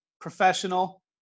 professional